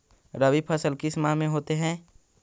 रवि फसल किस माह में होते हैं?